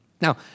Now